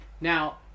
Now